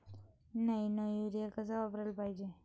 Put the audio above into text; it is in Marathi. नैनो यूरिया कस वापराले पायजे?